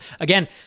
Again